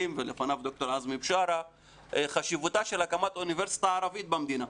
על חשיבותה של הקמת אוניברסיטה ערבית במדינה.